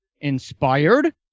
inspired